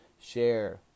share